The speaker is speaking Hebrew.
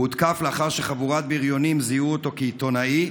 הוא הותקף לאחר שחבורת בריונים זיהו אותו כעיתונאי.